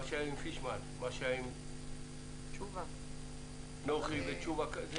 מה שהיה עם פישמן, מה שהיה עם נוחי ותשובה, זה